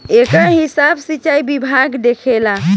एकर हिसाब सिचाई विभाग देखेला